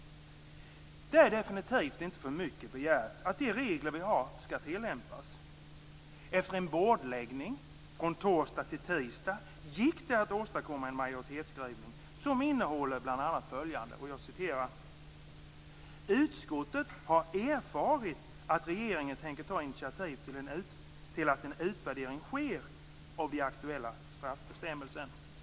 Det är definitivt inte för mycket begärt att de regler vi har skall tillämpas. Efter en bordläggning från torsdag till tisdag gick det att åstadkomma en majoritetsskrivning som innehåller bl.a. följande: "Utskottet har erfarit att regeringen tänker ta initiativ till att en utvärdering sker - av den aktuella straffbestämmelsen."